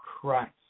Christ